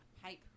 hype